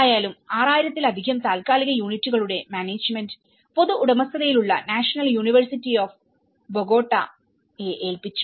6000 ലധികം താൽക്കാലിക യൂണിറ്റുകളുടെ മാനേജ്മെന്റ്പൊതു ഉടമസ്ഥതയിലുള്ള നാഷണൽ യൂണിവേഴ്സിറ്റി ഓഫ് ബോഗോട്ട യെ ഏൽപ്പിച്ചു